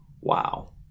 Wow